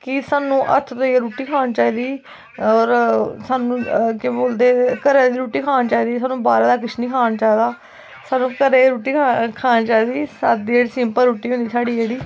कि सानू हत्थ धोइयै रुट्टी खलानी चाहिदी होर सानू केह् बोलदे सानू घरै दी रुट्टी खानी चाहिदी बाह्रै दा कुछ नी खाना चाहिदा सानू घरै दी रुट्टी खानी चाहिदी सादी होर सिंपल रुट्टी होंदी जेह्ड़ी